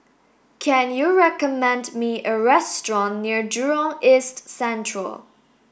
can you recommend me a restaurant near Jurong East Central